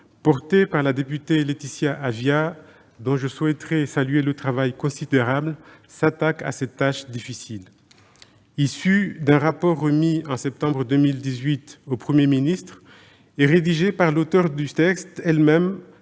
portée par la députée Laetitia Avia, dont je souhaite saluer le travail considérable, s'attaque à cette tâche difficile. Issue d'un rapport remis en septembre 2018 au Premier ministre par son auteure elle-même,